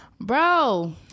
Bro